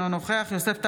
אינו נוכח יוסף טייב,